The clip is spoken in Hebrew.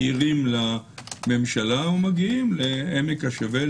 מעירים לממשלה ומגיעים לעמק השווה,